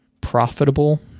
profitable